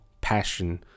passion